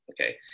Okay